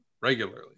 regularly